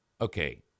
okay